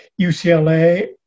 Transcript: UCLA